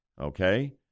okay